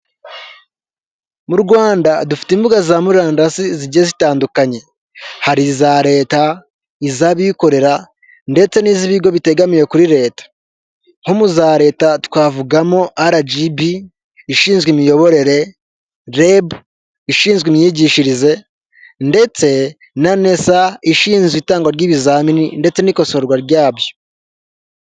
Mu Rwanda dufite imbuga za murandasi zigiye zitandukanye. Hari iza leta, iz'abikorera ndetse n'iz'ibigo bitegamiye kuri leta. Nko mu za leta twavugamo RGB ishinzwe imiyoborere, REB ishinzwe imyigishirize, ndetse na NESA ishinzwe itangwa ry'ibizamini ndetse n'ikosorwa ryabyo.